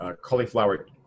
cauliflower